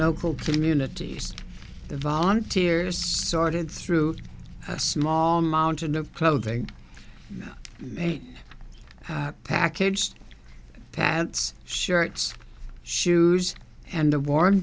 local communities the volunteers sorted through a small mountain of clothing packaged pats shirts shoes and the warm